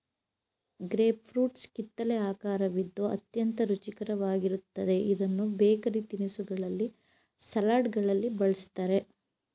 grape fruits ಕಿತ್ತಲೆ ಆಕರವಿದ್ದು ಅತ್ಯಂತ ರುಚಿಕರವಾಗಿರುತ್ತದೆ ಇದನ್ನು ಬೇಕರಿ ತಿನಿಸುಗಳಲ್ಲಿ, ಸಲಡ್ಗಳಲ್ಲಿ ಬಳ್ಸತ್ತರೆ